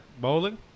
Bowling